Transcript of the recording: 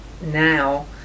now